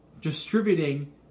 Distributing